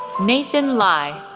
nathan lai,